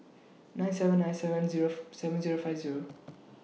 nine seven nine seven Zero seven Zero five Zero